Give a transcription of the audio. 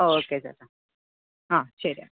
okay ചേട്ടാ ആ ശരിയെന്നാൽ